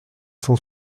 cent